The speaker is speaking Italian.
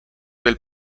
del